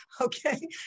okay